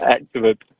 Excellent